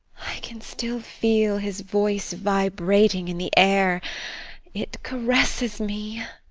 i can still feel his voice vibrating in the air it caresses me.